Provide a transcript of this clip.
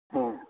ஆ